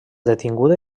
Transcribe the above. detinguda